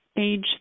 age